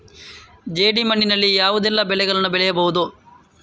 ಜೇಡಿ ಮಣ್ಣಿನಲ್ಲಿ ಯಾವುದೆಲ್ಲ ಬೆಳೆಗಳನ್ನು ಬೆಳೆಯಬಹುದು?